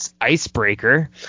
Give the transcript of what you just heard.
icebreaker